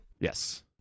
Yes